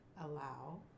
allow